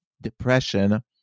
depression